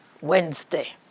Wednesday